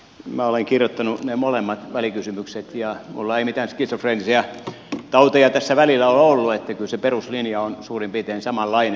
minä olen kirjoittanut nämä molemmat välikysymykset ja minulla ei mitään skitsofreenisia tauteja tässä välillä ole ollut niin että kyllä se peruslinja on suurin piirtein samanlainen